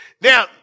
Now